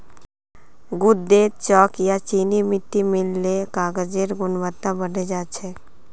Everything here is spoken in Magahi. गूदेत चॉक या चीनी मिट्टी मिल ल कागजेर गुणवत्ता बढ़े जा छेक